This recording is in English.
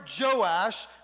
Joash